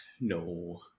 no